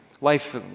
Life